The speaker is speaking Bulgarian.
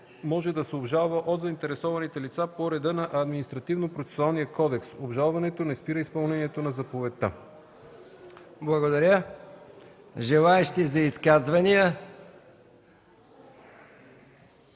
може да се обжалва от заинтересованите лица по реда на Административнопроцесуалния кодекс. Обжалването не спира изпълнението на заповедта.” ПРЕДСЕДАТЕЛ МИХАИЛ МИКОВ: Желаещи за изказвания?